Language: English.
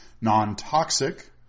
non-toxic